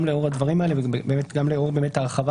גם לאור הדברים האלה וגם לאור ההרחבה